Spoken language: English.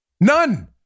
None